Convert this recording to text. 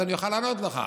אז אני אוכל לענות לך,